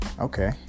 okay